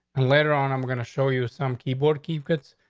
and later on, i'm gonna show you some keyboard, keep its.